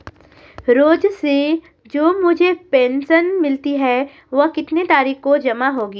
रोज़ से जो मुझे पेंशन मिलती है वह कितनी तारीख को जमा होगी?